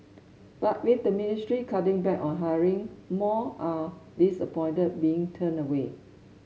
but with the ministry cutting back on hiring more are disappointed being turned away